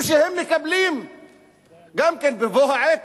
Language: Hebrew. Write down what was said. ושהם מקבלים גם כן שבבוא העת,